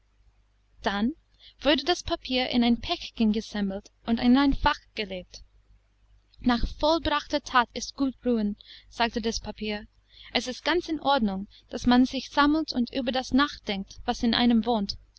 dann wurde das papier in ein päckchen gesammelt und in ein fach gelegt nach vollbrachter that ist gut ruhen sagte das papier es ist ganz in ordnung daß man sich sammelt und über das nachdenkt was in einem wohnt